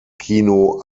kino